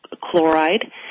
chloride